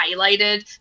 highlighted